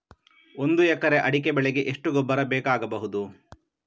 ಒಂದು ಎಕರೆ ಅಡಿಕೆ ಬೆಳೆಗೆ ಎಷ್ಟು ಗೊಬ್ಬರ ಬೇಕಾಗಬಹುದು?